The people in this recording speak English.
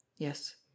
Yes